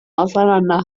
auseinander